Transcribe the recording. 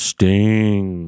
Sting